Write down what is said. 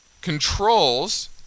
controls